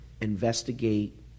investigate